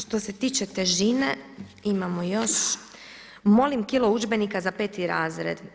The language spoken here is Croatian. Što se tiče težine imamo još: Molim kilo udžbenika za peti razred.